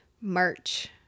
merch